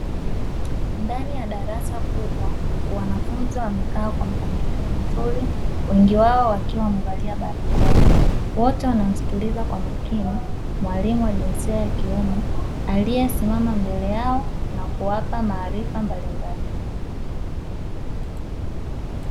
Ndani ya darasa kubwa wanafunzi wamekaa kwa mpangilio mzuri wengi wao wakiwa wamevalia barakoa, wote wanamsikiliza kwa makini mwalimu wa jinsia ya kiume aliyesimama mbele yao na kuwapa maarifa mbalimbali.